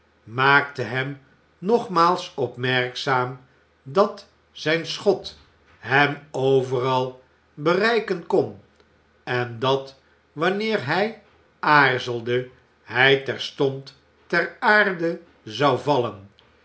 maakte hem nogmaals opmerkzaam dat zijn schot hem overal bereiken kon en dat wanneer hij aarzelde hij terstond ter aarde zou vallen